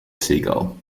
seagull